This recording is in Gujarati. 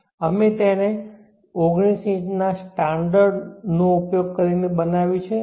અને અમે તેને 19 ઇંચના સ્ટાન્ડર્ડ નો ઉપયોગ કરીને બનાવ્યું છે